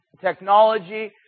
technology